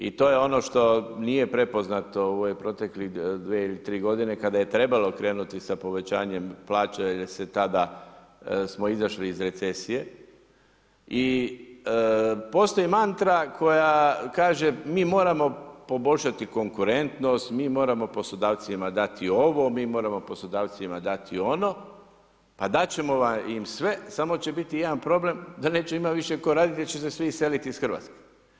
I to je ono što nije prepoznato u ovih protekle 2 ili 3 godine kada je trebalo krenuti sa povećanjem plaća jer se tada smo izašli iz recesije i postoji mantra koja kaže mi moramo poboljšati konkurentnost, mi moramo poslodavcima dati ovo, mi moramo poslodavcima dati ono, pa dat ćemo im sve, samo će biti jedan problem da neće imat više tko radit jer će se svi iselit iz Hrvatske.